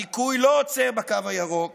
הדיכוי לא עוצר בקו הירוק